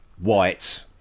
white